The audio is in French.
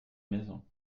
maison